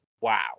wow